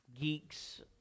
geeks